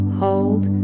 hold